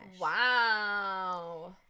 Wow